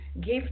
give